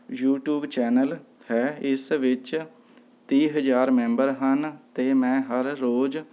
YouTube channel ਹੈ ਇਸ ਵਿੱਚ ਤੀਹ ਹਜ਼ਾਰ ਮੈਂਬਰ ਹਨ ਅਤੇ ਮੈਂ ਹਰ ਰੋਜ਼